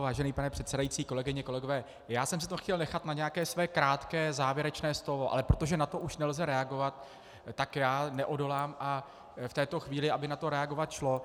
Vážený pane předsedající, kolegyně, kolegové, já jsem si to chtěl nechat na nějaké své krátké závěrečné slovo, ale protože na to už nelze reagovat, tak neodolám a v této chvíli, aby na to reagovat šlo.